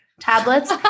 tablets